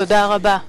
תודה רבה,